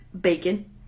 Bacon